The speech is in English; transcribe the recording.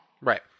Right